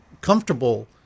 comfortable